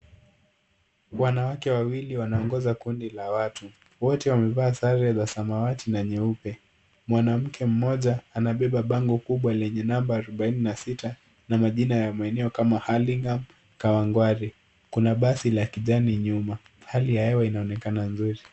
Wanawake wawili wanaongoza kundi la watu. Wote wamevaa sare za samawati na nyeupe. Mwanamke mmoja anabeba bango kubwa lenye namba arobaini na sita na majina ya maeneo kama Hurlingham, Kawangware. Kuna basi la kijani nyuma. Hali ya hewa inaonekana nzuri.